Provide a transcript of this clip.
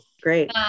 Great